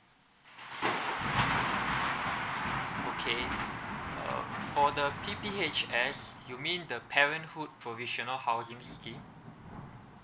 okay uh for the P_P_H_S you mean the parenthood provisional housing scheme